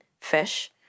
fish